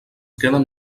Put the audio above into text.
queden